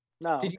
No